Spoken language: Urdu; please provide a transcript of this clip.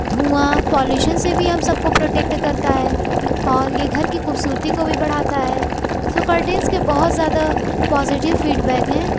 دھواں پالوشن سے بھی ہم سب کو پروٹیکٹ کرتا ہے اور یہ گھر کی خوبصورتی کو بھی بڑھاتا ہے سو کرٹنس کے بہت زیادہ پازیٹو فیڈ بیک ہیں